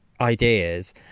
ideas